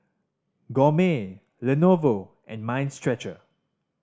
Gourmet Lenovo and Mind Stretcher